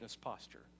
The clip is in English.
posture